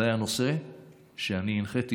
זה היה הנושא שאני הנחיתי,